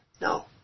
No